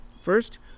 First